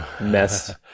mess